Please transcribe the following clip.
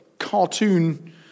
cartoon